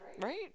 Right